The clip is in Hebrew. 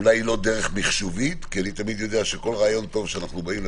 אולי לא דרך מחשובית כי כל רעיון טוב שאנחנו באים איתו